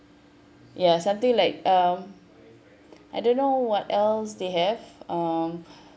ya something like um I don't know what else they have um